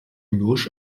mürrisch